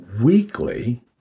Weekly